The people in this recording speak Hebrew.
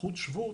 זכות שבות,